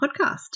podcast